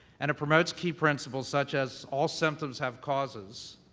and it promotes key principles such as, all symptoms have causes.